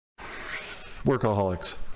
Workaholics